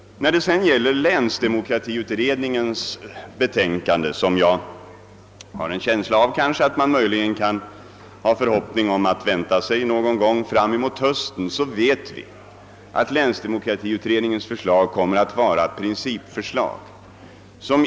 När det gäller länsdemokratiutredningens betänkande — som vi bör kunna hysa förhoppningar om skall framläggas till hösten — vet vi att det blir ett principförslag.